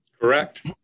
Correct